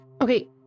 Okay